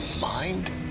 mind